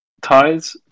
Ties